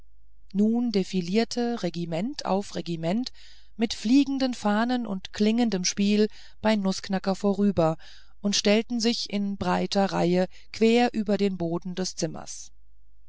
nun defilierte regiment auf regiment mit fliegenden fahnen und klingendem spiel bei nußknacker vorüber und stellte sich in breiter reihe quer über den boden des zimmers